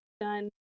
done